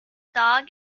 dog